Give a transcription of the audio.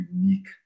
unique